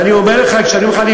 ואני אומר לך שבדקתי,